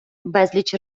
безліч